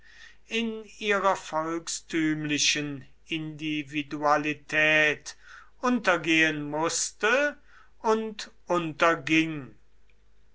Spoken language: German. in ihrer volkstümlichen individualität untergehen mußte und